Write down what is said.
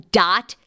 dot